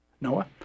Noah